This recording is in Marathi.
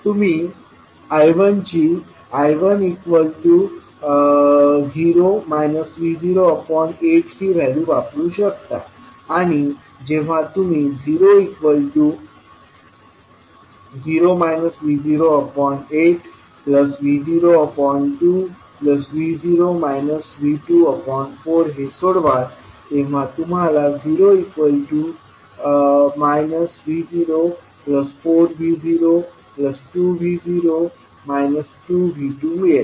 तुम्ही I1ची I18 ही व्हॅल्यू वापरू शकता आणि जेव्हा तुम्ही 00 V08V02V0 V24 हे सोडवाल तेव्हा तुम्हाला 0 V04V02V0 2V2 मिळेल